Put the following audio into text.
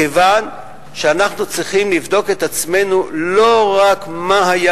כיוון שאנחנו צריכים לבדוק את עצמנו לא רק מה היה